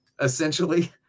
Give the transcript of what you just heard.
essentially